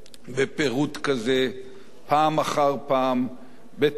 פעם אחר פעם, בתוך הממשלה, מה זה, הכרזת מלחמה?